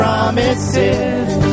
Promises